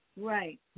Right